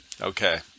Okay